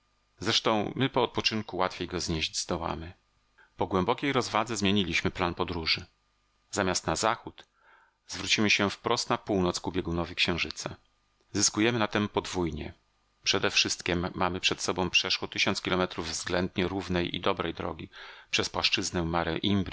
zresztą my po odpoczynku łatwiej go znieść zdołamy po głębokiej rozwadze zmieniliśmy plan podróży zamiast na zachód zwrócimy się wprost na północ ku biegunowi księżyca zyskujemy na tem podwójnie przedewszystkiem mamy przed sobą przeszło tysiąc kilometrów względnie równej i dobrej drogi przez płaszczyznę mare